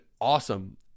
awesome